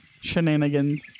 shenanigans